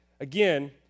Again